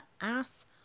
ass